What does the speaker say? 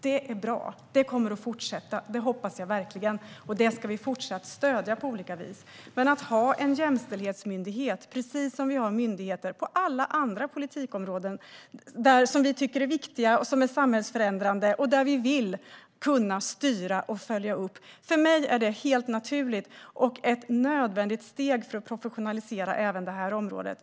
Detta är bra, och det kommer att fortsätta. Jag hoppas verkligen det, och vi ska fortsätta att stödja det på olika vis. För mig är det helt naturligt att ha en jämställdhetsmyndighet, precis som vi har myndigheter på alla andra politikområden som vi tycker är viktiga, som är samhällsförändrande och där vi vill kunna styra och följa upp. Det är ett nödvändigt steg för att professionalisera även detta område.